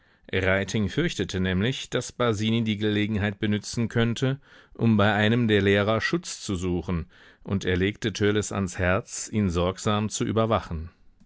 fürchtete nämlich daß basini die gelegenheit benützen könnte um bei einem der lehrer schutz zu suchen und er legte törleß ans herz ihn sorgsam zu überwachen